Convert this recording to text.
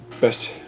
Best